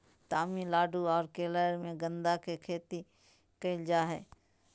तमिलनाडु आर केरल मे गदा के खेती करल जा हय